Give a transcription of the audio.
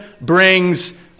brings